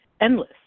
Endless